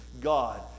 God